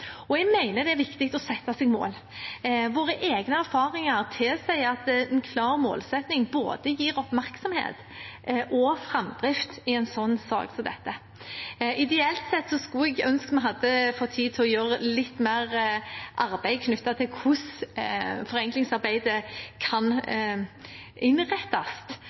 og jeg mener det er viktig å sette seg mål. Våre egne erfaringer tilsier at en klar målsetting gir både oppmerksomhet og framdrift i en sak som denne. Ideelt sett skulle jeg ønske vi hadde fått tid til å gjøre litt mer arbeid knyttet til hvordan forenklingsarbeidet kan innrettes,